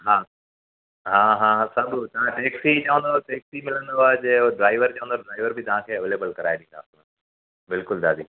हा हा हा सभ तव्हां टेक्सी चवंदव टेक्सी मिलंदव जे ड्राइवर चवंदव ड्राइवर बि तव्हांखे अवेलेबल कराए ॾींदासूं बिल्कुलु दादी